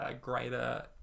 greater